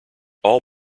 all